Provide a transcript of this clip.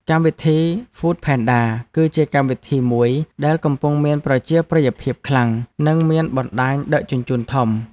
កម្មវិធីហ្វូតផេនដា គឺជាកម្មវិធីមួយដែលកំពុងមានប្រជាប្រិយភាពខ្លាំង និងមានបណ្ដាញដឹកជញ្ជូនធំ។